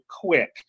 quick